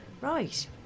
Right